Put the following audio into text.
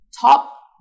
top